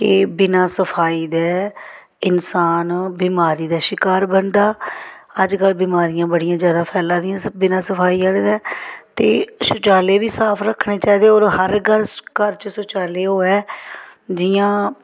के बिना सफाई दे इन्सान बमारी दा शकार बनदा अज्जकल बमारियां बड़ियां ज्यादा फैला दियां बिना सफाई आह्ले दे ते शौचालय बी साफ रक्खने चाहिदे होर हर घ घर च शौचालय होऐ जि'यां